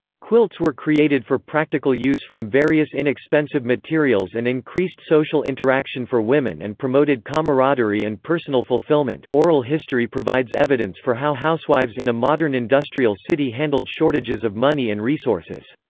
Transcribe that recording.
quilts were created for practical use from various inexpensive materials and increased social interaction for women and promoted camaraderie and personal fulfillment oral history provides evidence for how housewives in a modern industrial city handled shortages of money and resources.